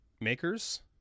makers